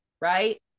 right